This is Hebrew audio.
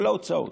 כל ההוצאות,